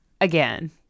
again